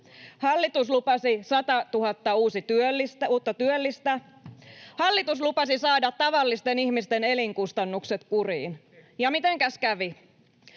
Hallitus lupasi 100 000 uutta työllistä. Hallitus lupasi saada tavallisten ihmisten elinkustannukset kuriin. Ja mitenkäs kävi?